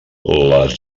les